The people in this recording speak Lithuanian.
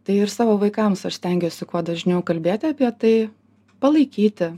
tai ir savo vaikams aš stengiuosi kuo dažniau kalbėti apie tai palaikyti